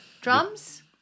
drums